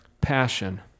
passion